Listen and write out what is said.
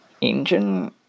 engine